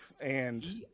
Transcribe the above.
and-